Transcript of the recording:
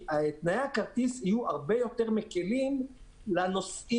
שתנאי הכרטיס יהיו הרבה יותר מקלים לנוסעים,